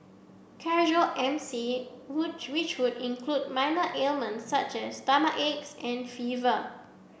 casual M C would which would include minor ailment such as stomachache and fever